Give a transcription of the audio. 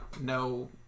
no